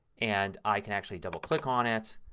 and i can actually double click on it.